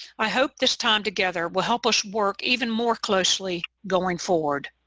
i hope this time together will help us work even more closely going forward.